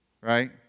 Right